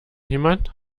jemand